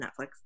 Netflix